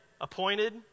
appointed